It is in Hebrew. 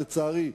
לצערי,